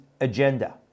agenda